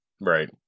right